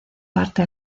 parte